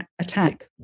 attack